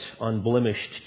unblemished